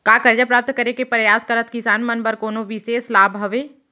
का करजा प्राप्त करे के परयास करत किसान मन बर कोनो बिशेष लाभ हवे?